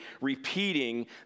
repeating